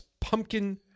pumpkin